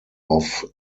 auf